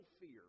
fear